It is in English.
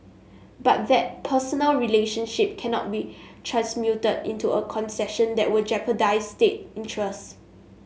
but that personal relationship cannot be transmuted into a concession that will jeopardise state interests